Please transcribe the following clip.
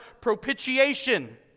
propitiation